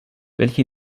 welche